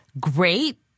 great